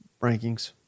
rankings